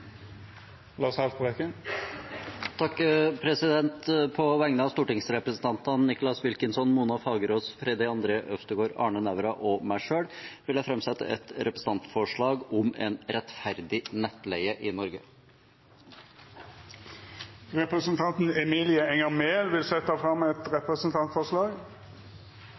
På vegne av stortingsrepresentantene Nicholas Wilkinson, Mona Fagerås, Freddy André Øvstegård, Arne Nævra og meg selv vil jeg framsette et representantforslag om en rettferdig nettleie i Norge. Representanten Emilie Enger Mehl vil setja fram eit representantforslag.